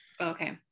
Okay